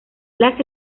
las